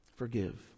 forgive